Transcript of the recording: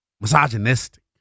Misogynistic